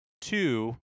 two